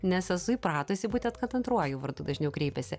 nes esu įpratusi būtent kad antruoju vardu dažniau kreipiasi